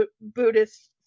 Buddhist